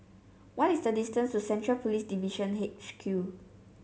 what is the distance to Central Police Division H Q